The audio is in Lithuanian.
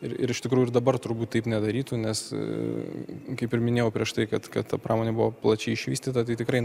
ir iš tikrųjų ir dabar turbūt taip nedarytų nes kaip ir minėjau prieš tai kad kad ta pramonė buvo plačiai išvystyta tai tikrai